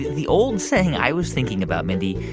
the old saying i was thinking about, mindy,